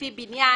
לפי בניין,